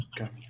Okay